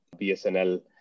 BSNL